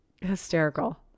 Hysterical